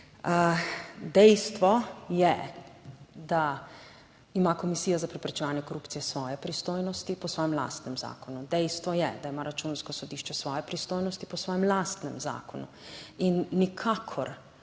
Dejstvo je, da ima Komisija za preprečevanje korupcije svoje pristojnosti po svojem lastnem zakonu. Dejstvo je, da ima Računsko sodišče svoje pristojnosti po svojem lastnem zakonu in nikakor